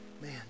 man